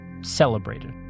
celebrated